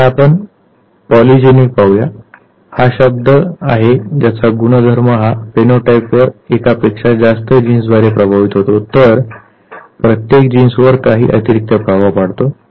आता आपण पॉलीजेनिक पाहू या हा शब्द आहे ज्याचा गुणधर्म हा फिनोटाइपवर एकापेक्षा जास्त जीन्सद्वारे प्रभावित होतो तर प्रत्येक जीन्सवर काही अतिरिक्त प्रभाव पडतो